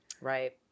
Right